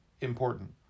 important